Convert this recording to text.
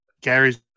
Gary's